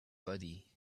body